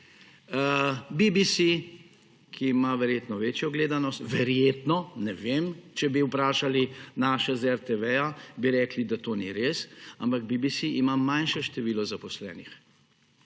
BBC, ki ima verjetno večjo gledanost, verjetno, ne vem, če bi vprašali naše z RTV-ja, bi rekli, da to ni res, ampak BBC ima manjše število zaposlenih.